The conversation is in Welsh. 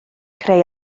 creu